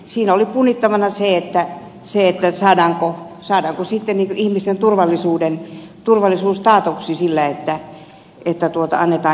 siinä oli punnittavana se saadaanko sitten ihmisten turvallisuus taatuksi sillä että annetaan erioikeus vapaapalokuntalaisille